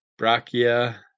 brachia